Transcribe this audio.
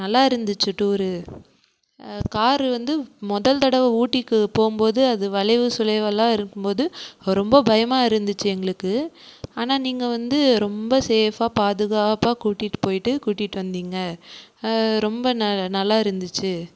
நல்லாருந்துச்சு tour car வந்து முதல் தடவை ஊட்டிக்கு போகும்போது அது வளைவு சுளைவெல்லாம் இருக்கும்போது ரொம்ப பயமாக இருந்துச்சு எங்களுக்கு ஆனால் நீங்கள் வந்து ரொம்ப சேஃப்பாக பாதுகாப்பாக கூட்டிகிட்டு போய்விட்டு கூட்டிகிட்டு வந்திங்க ரொம்ப நல்லா இருந்துச்சு